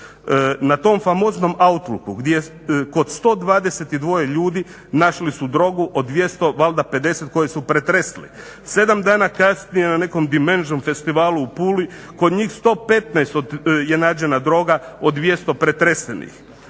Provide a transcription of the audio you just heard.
Na tom famoznom Outlooku gdje kod 122 ljudi našli su drogu od 200 valjda 50 koje su pretresli. 7 dana kasnije na nekom Dimension festivalu u Puli kod njih 115 je nađena droga od 200 pretresenih.